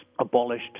abolished